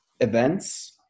events